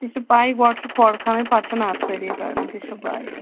تہِ چھِ پَے گۄڈٕ چھِ کھۄڑ کھنٕنۍ پَتہٕ چھِ نرسٔری کَرٕنۍ تہِ چھِ پَے